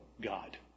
God